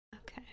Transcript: Okay